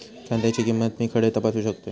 कांद्याची किंमत मी खडे तपासू शकतय?